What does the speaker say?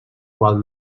qual